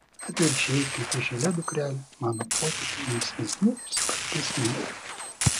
atvirkščiai kai tu šalia dukrele mano potėpiai linksmesni ir spartesni